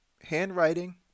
handwriting